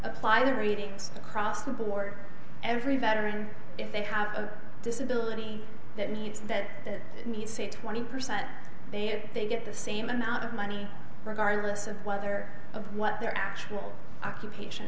apply the readings across the board every veteran if they have a disability that needs that need say twenty percent they get the same amount of money regardless of whether of what their actual occupation